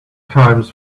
times